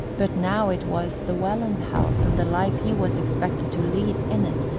but now it was the welland house, and the life he was expected to lead in it,